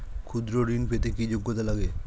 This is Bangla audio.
ক্ষুদ্র ঋণ পেতে কি যোগ্যতা লাগে?